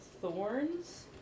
Thorns